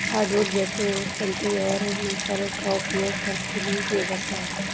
hardwood जैसे oak सन्टी और मेपल का उपयोग फर्श के लिए किया जाता है